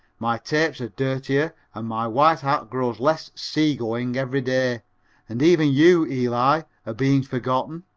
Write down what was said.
my tapes are dirtier and my white hat grows less sea-going every day and even you, eli, are being forgotten.